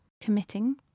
Committing